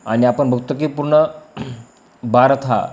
आणि आपण बघतो की पूर्ण भारत हा